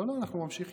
לא, לא, אנחנו ממשיכים.